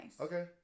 Okay